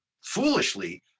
foolishly